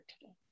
today